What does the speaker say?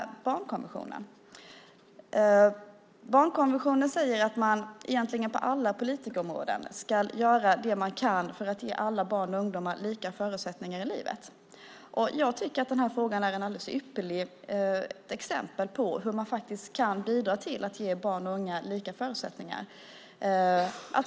Barnkonventionen säger att man på alla politikområden ska göra det man kan för att ge alla barn och ungdomar lika förutsättningar i livet. Jag tycker att den här frågan är ett alldeles ypperligt exempel på hur man kan bidra till att ge barn och unga lika förutsättningar.